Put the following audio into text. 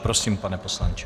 Prosím, pane poslanče.